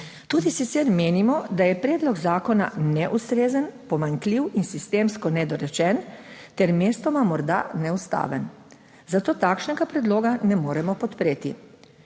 Tudi sicer menimo, da je predlog zakona neustrezen, pomanjkljiv in sistemsko nedorečen ter mestoma morda neustaven, zato takšnega predloga ne moremo podpreti.